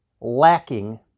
lacking